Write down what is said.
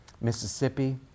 Mississippi